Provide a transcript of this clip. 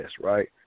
right